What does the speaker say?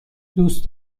دوست